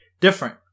different